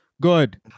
Good